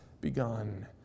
begun